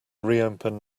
reopen